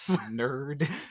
nerd